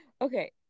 Okay